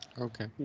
Okay